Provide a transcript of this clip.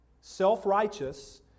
Self-righteous